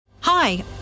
hi